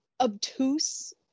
obtuse